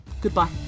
goodbye